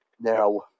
Now